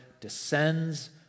descends